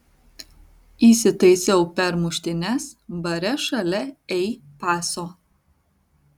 įsitaisiau per muštynes bare šalia ei paso